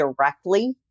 directly